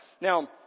Now